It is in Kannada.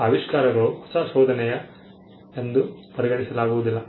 ಆವಿಷ್ಕಾರಗಳನ್ನು ಹೊಸ ಶೋಧನೆ ಎಂದು ಪರಿಗಣಿಸಲಾಗುವುದಿಲ್ಲ